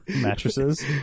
Mattresses